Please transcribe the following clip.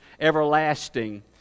everlasting